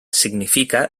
significa